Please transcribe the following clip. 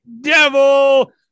devil